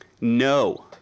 No